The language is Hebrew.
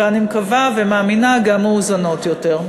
ואני מקווה ומאמינה שגם מאוזנות יותר.